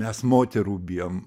mes moterų bijom